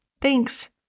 Thanks